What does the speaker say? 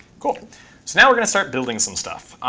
cool. so now we're going to start building some stuff.